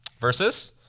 Versus